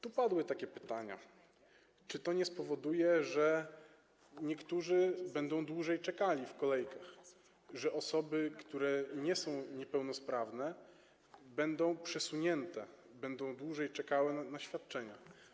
Tu padły pytania, czy to nie spowoduje, że niektórzy będą dłużej czekali w kolejkach, że osoby, które nie są niepełnosprawne, będą przesunięte, będą dłużej czekały na świadczenia.